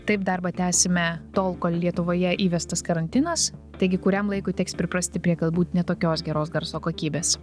taip darbą tęsime tol kol lietuvoje įvestas karantinas taigi kuriam laikui teks priprasti prie galbūt ne tokios geros garso kokybės